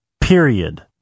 period